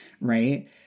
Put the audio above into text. right